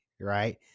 right